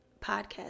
podcast